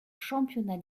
championnat